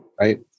right